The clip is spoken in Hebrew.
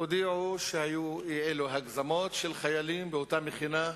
הודיעו שהיו אי-אלו הגזמות של חיילים באותה מכינה,